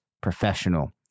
professional